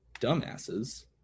dumbasses